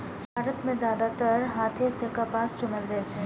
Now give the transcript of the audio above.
भारत मे जादेतर हाथे सं कपास चुनल जाइ छै